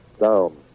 down